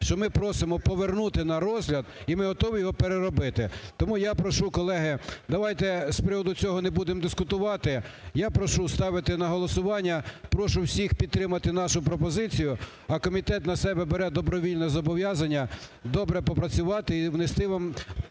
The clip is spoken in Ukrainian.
що ми просимо повернути на розгляд і ми готові його переробити. Тому я прошу, колеги, давайте з приводу цього не будемо дискутувати. Я прошу ставити на голосування. Прошу всіх підтримати нашу пропозицію. А комітет на себе бере добровільне зобов'язання добре попрацювати і внести вам